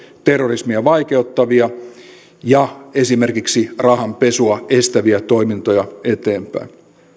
terrorismia vaikeuttavia ja esimerkiksi rahanpesua estäviä toimintoja eteenpäin